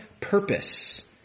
purpose